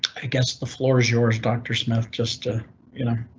i guess the floor is yours, doctor smith, just to you know,